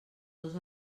dos